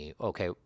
Okay